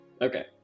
Okay